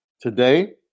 Today